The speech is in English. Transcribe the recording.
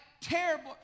terrible